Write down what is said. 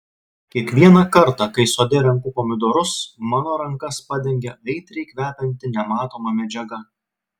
kiekvieną kartą kai sode renku pomidorus mano rankas padengia aitriai kvepianti nematoma medžiaga